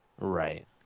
Right